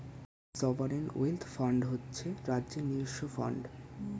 sovereign wealth fund হচ্ছে রাজ্যের নিজস্ব ফান্ড